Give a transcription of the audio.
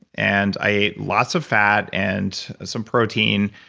and i eat lots of fat, and some protein,